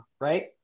right